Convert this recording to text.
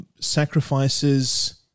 Sacrifices